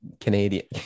Canadian